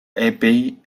abbey